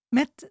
Met